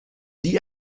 the